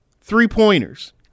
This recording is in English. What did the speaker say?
three-pointers